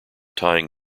tying